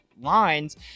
lines